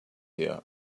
here